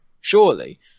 surely